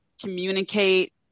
communicate